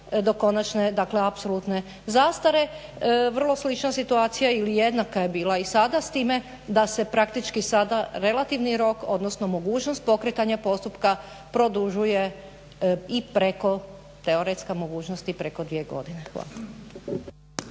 do konačne dakle apsolutne zastare. Vrlo slična situacija ili jednaka je bila i sada s time da se praktički sada relativni rok, odnosno mogućnost pokretanja postupka produžuje i preko teoretska mogućnost i preko 2 godine. Hvala.